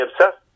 obsessed